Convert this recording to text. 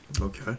Okay